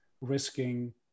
risking